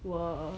were